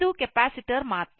ಇದು ಕೆಪಾಸಿಟರ್ ಮಾತ್ರ